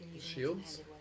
Shields